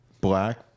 black